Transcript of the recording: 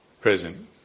Present